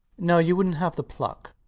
no you wouldnt have the pluck.